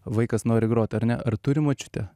vaikas nori grot ar ne ar turi močiutę